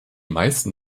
meisten